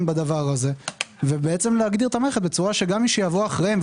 בדבר הזה ולהגדיר את המערכת בצורה שגם שיבוא אחריהם,